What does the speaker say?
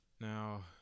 Now